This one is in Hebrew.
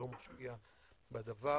לא משקיע בדבר,